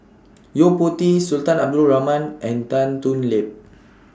Yo Po Tee Sultan Abdul Rahman and Tan Thoon Lip